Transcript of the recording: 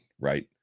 right